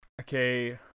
Okay